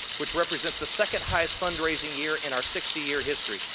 which represents the second highest fundraising year in our sixty year history.